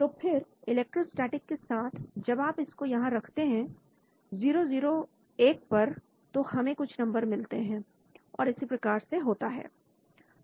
तो फिर इलेक्ट्रोस्टेटिक के साथ जब आप इसको यहां रखते हैं 001 पर तो हमें कुछ नंबर मिलते हैं और इसी प्रकार से होता है